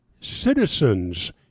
citizens